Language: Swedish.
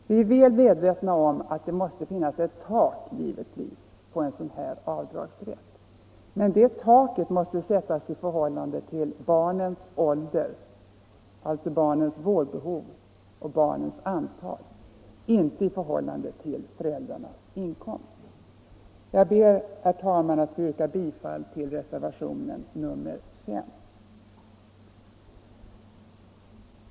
Vi är väl medvetna om att det givetvis måste finnas ett tak för en sådan avdragsrätt, men det taket måste sättas med hänsyn till barnens ålder, alltså barnens vårdbehov, och barnens antal, inte med hänsyn till föräldrarnas inkomst. Jag ber, herr talman, att få yrka bifall till reservationen 5.